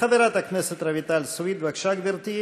חברת הכנסת רויטל סויד, בבקשה, גברתי.